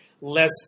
less